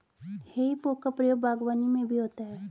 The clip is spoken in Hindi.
हेइ फोक का प्रयोग बागवानी में भी होता है